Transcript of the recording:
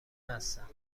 هستند